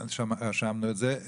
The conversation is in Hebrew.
רשמנו את זה.